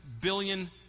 billion